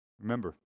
Remember